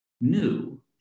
new